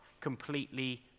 completely